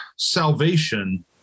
salvation